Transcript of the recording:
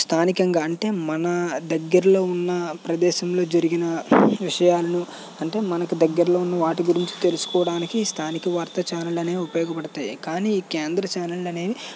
స్థానికంగా అంటే మన దగ్గరలో ఉన్న ప్రదేశంలో జరిగిన విషయాలను అంటే మనకి దగ్గరలో ఉన్న వాటి గురించి తెలుసుకోవడానికి ఈ స్థానిక వార్తా ఛానళ్ళు అనేవి ఉపయోగపడతాయి కానీ కేంద్ర ఛానళ్ళు అనేవి